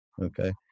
okay